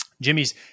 Jimmy's